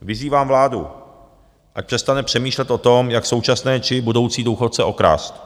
Vyzývám vládu, ať přestane přemýšlet o tom, jak současné či budoucí důchodce okrást.